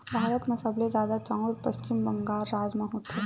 भारत म सबले जादा चाँउर पस्चिम बंगाल राज म होथे